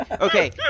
okay